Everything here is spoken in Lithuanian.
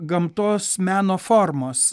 gamtos meno formos